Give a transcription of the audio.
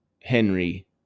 Henry